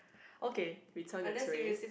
okay return your tray